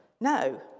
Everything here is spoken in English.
No